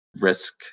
risk